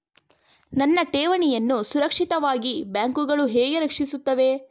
ನನ್ನ ಠೇವಣಿಯನ್ನು ಸುರಕ್ಷಿತವಾಗಿ ಬ್ಯಾಂಕುಗಳು ಹೇಗೆ ರಕ್ಷಿಸುತ್ತವೆ?